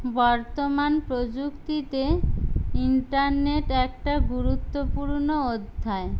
বর্তমান প্রযুক্তিতে ইন্টারনেট একটা গুরুত্বপূর্ণ অধ্যায়